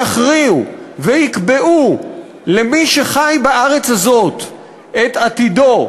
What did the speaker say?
ויכריעו ויקבעו למי שחי בארץ הזאת את עתידו,